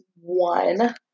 one